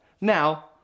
Now